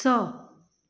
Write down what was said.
स